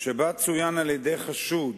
שבה צוין על-ידי חשוד